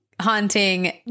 haunting